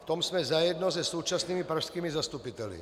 V tom jsme za jedno se současnými pražskými zastupiteli.